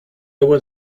will